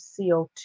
CO2